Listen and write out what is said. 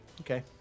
Okay